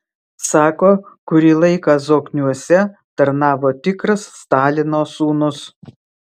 sako kurį laiką zokniuose tarnavo tikras stalino sūnus